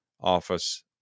office